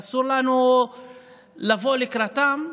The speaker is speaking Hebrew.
אסור לנו לבוא לקראתם,